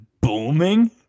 booming